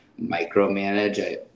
micromanage